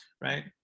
right